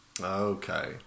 Okay